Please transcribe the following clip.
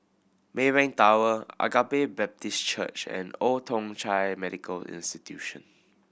Maybank Tower Agape Baptist Church and Old Thong Chai Medical Institution